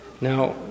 Now